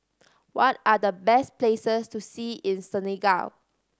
what are the best places to see in Senegal